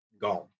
gone